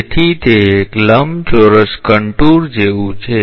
તેથી તે એક લંબચોરસ કન્ટુર જેવું છે